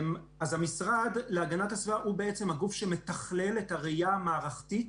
המשרד להגנת הסביבה הוא הגוף שמתכלל את הראייה הממלכתית,